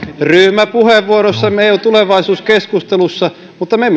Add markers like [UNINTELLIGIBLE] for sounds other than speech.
ryhmäpuheenvuorossamme eun tulevaisuuskeskustelussa mutta me [UNINTELLIGIBLE]